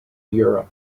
europe